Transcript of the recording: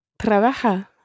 Trabaja